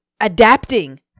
adapting